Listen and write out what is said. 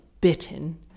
bitten